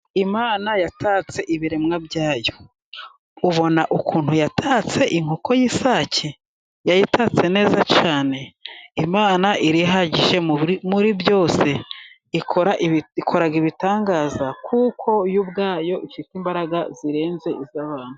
Imana yatatse ibiremwa byayo, ubona ukuntu yatatse inkoko y'isake! yayitatse neza cyane, Imana iri ihagije muri byose ikora ibitangaza, kuko yo ubwayo ifite imbaraga zirenze iz'abantu.